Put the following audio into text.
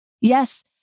Yes